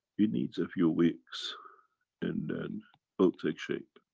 it needs a few weeks and then it'll take shape.